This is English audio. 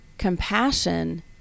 compassion